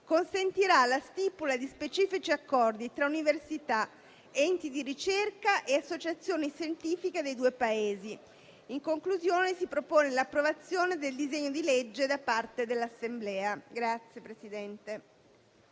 consentirà la stipula di specifici accordi tra università, enti di ricerca e associazioni scientifiche nei due Paesi. In conclusione, si propone l'approvazione del disegno di legge da parte dell'Assemblea.